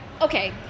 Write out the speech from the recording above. Okay